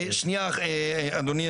שנייה אדוני,